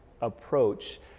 approach